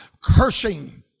cursing